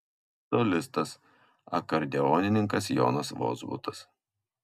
solistas akordeonininkas jonas vozbutas